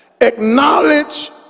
acknowledge